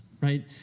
Right